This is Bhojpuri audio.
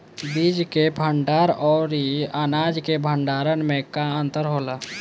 बीज के भंडार औरी अनाज के भंडारन में का अंतर होला?